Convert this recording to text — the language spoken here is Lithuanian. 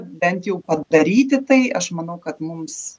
bent jau padaryti tai aš manau kad mums